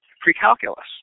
pre-calculus